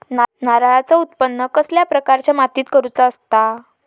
नारळाचा उत्त्पन कसल्या प्रकारच्या मातीत करूचा असता?